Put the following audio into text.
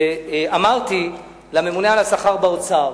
אמרתי לממונה על השכר באוצר,